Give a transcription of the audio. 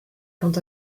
quant